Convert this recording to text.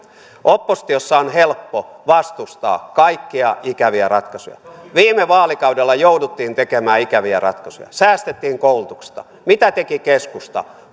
oppositiossa on helppo vastustaa kaikkia ikäviä ratkaisuja viime vaalikaudella jouduttiin tekemään ikäviä ratkaisuja säästettiin koulutuksesta mitä teki keskusta